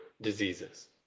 diseases